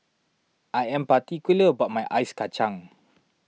I am particular about my Ice Kachang